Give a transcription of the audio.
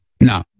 No